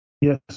Yes